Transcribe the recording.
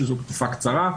שזו תקופה קצרה,